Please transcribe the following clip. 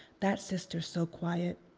that sister so quiet.